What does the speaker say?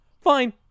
Fine